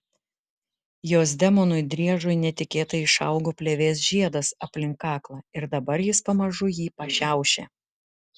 jos demonui driežui netikėtai išaugo plėvės žiedas aplink kaklą ir dabar jis pamažu jį pašiaušė